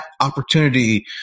opportunity